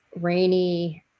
rainy